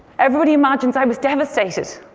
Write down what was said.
everybody imagines i was devastated.